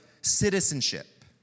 citizenship